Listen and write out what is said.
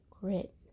grit